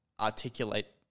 articulate